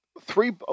three